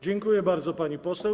Dziękuję bardzo, pani poseł.